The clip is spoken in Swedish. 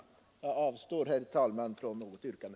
Jag avstår, herr talman, från yrkande.